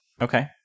Okay